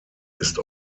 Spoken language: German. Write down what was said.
ist